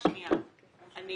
רויטל, שנייה, אני